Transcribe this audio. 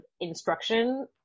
instruction